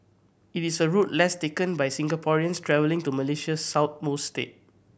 it is a route less taken by Singaporeans travelling to Malaysia's southernmost state